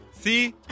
See